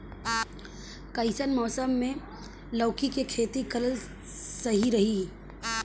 कइसन मौसम मे लौकी के खेती करल सही रही?